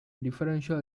differential